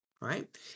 right